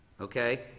Okay